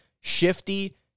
Shifty